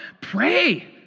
pray